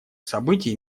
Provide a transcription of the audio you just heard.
событий